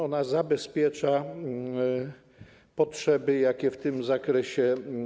Ona zabezpiecza potrzeby, jakie są w tym zakresie.